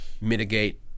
mitigate